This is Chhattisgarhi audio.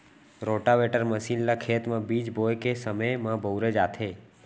रोटावेटर मसीन ल खेत म बीज बोए के समे म बउरे जाथे